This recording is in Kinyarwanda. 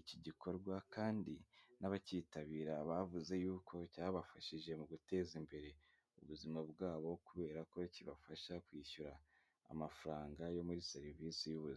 iki gikorwa kandi n'abacyitabira bavuze yuko cyabafashije mu guteza imbere ubuzima bwabo kubera ko kibafasha kwishyura amafaranga yo muri serivisi y'ubuzima.